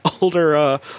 older